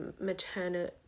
maternal